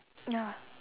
ya